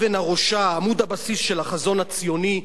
עמוד הבסיס של החזון הציוני,